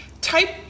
type